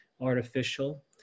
artificial